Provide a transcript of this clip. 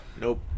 Nope